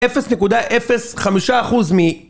0.05% מ...